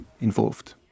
involved